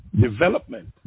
development